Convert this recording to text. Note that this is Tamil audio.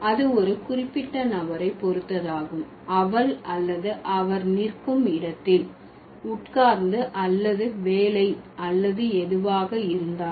அது ஒரு குறிப்பிட்ட நபரை பொறுத்ததாகும் அவள் அல்லது அவர் நிற்கும் இடத்தில் உட்கார்ந்து அல்லது வேலை அல்லது எதுவாக இருந்தாலும்